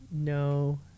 No